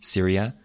Syria